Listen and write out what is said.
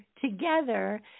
together